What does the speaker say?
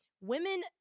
women